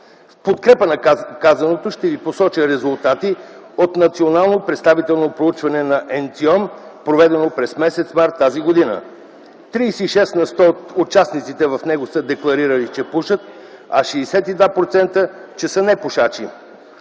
подкрепа на казаното ще Ви посоча резултати от национално представително проучване на НЦИОМ, проведено през м. март тази година. Тридесет и шест на сто от участниците в него са декларирали, че пушат, а 62%, че са непушачи.